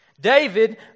David